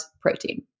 protein